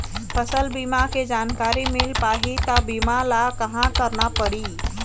फसल बीमा के जानकारी मिल पाही ता बीमा ला कहां करना पढ़ी?